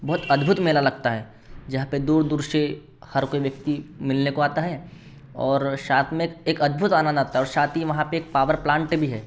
बहुत अद्भुत मेला लगता है जहाँ पर दूर दूर से हर कोई व्यक्ति मिलने को आता है और साथ में एक अद्भुत आनंद आता है और साथ ही वहाँ पर एक पावर प्लांट भी है